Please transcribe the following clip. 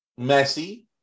Messi